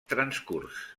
transcurs